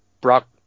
brock